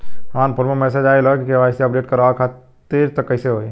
हमरा फोन पर मैसेज आइलह के.वाइ.सी अपडेट करवावे खातिर त कइसे होई?